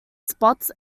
spots